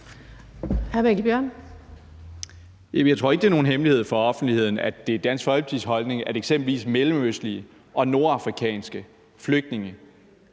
Jeg tror ikke, det er nogen hemmelighed for offentligheden, at det er Dansk Folkepartis holdning, at eksempelvis mellemøstlige og nordafrikanske flygtninge,